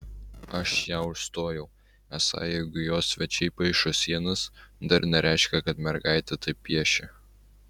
aš ją užstojau esą jeigu jo svečiai paišo sienas dar nereiškia kad mergaitė taip piešia